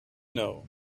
know